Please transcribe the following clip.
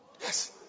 Yes